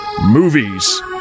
Movies